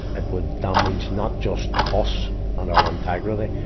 it would damage not just us and our integrity,